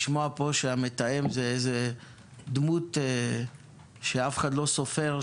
לשמוע פה שהמתאם זה איזו דמות שאף אחד לא סופר,